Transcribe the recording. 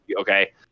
Okay